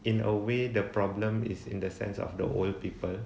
in a way the problem is in the sense of the old people